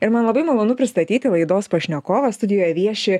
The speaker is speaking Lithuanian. ir man labai malonu pristatyti laidos pašnekovą studijoje vieši